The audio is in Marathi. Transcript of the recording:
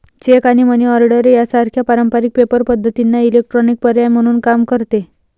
चेक आणि मनी ऑर्डर सारख्या पारंपारिक पेपर पद्धतींना इलेक्ट्रॉनिक पर्याय म्हणून काम करते